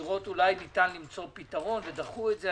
לראות, אולי ניתן למצוא פתרון ודחו את זה.